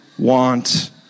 want